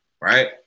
right